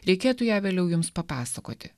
reikėtų ją vėliau jums papasakoti